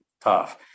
tough